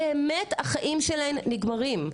באמת החיים של הם נגמרים,